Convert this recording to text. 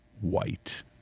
White